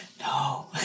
No